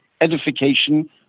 edification